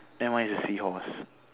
then one is the seahorse